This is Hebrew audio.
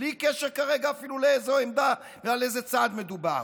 בלי קשר כרגע אפילו לאיזו עמדה ועל איזה צד מדובר,